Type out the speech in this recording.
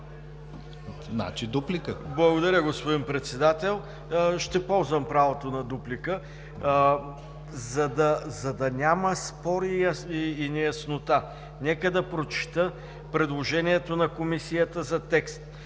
Благодаря, господин Председател. Ще ползвам правото на дуплика. За да няма спор и неяснота, нека да прочета предложението на Комисията за текста: